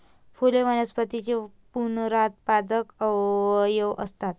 फुले वनस्पतींचे पुनरुत्पादक अवयव असतात